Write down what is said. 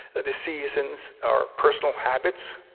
ah the seasons, our personal habits,